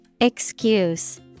Excuse